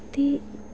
ते